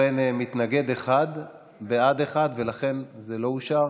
ובכן, מתנגד אחד, בעד, אין, ולכן זה לא אושר